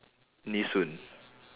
nee soon